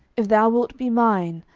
if thou wilt be mine,